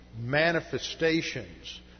manifestations